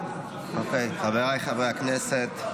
חבריי חברי הכנסת,